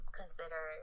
consider